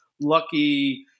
lucky